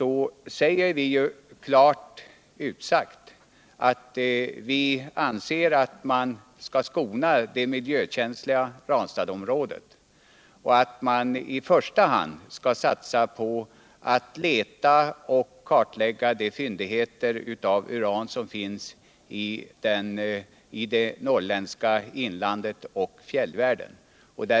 finner han att vi klart har utsagt alt vi anser att man skall skona det miljökänsliga Ranstadsområdet och att man i första hand skall satsa på att leta och kartlägga de fyndigheter av uran som finns i det norrländska inlandet och i fjällvärlden.